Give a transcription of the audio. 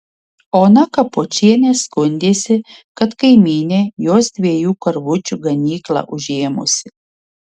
ona kapočienė skundėsi kad kaimynė jos dviejų karvučių ganyklą užėmusi